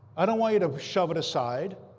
i don't want you to shove it aside.